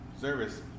service